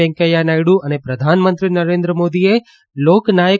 વૈંકેયા નાયડુ અને પ્રધાનમંત્રી નરેન્દ્ર મોદીએ લોકનાયક